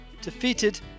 defeated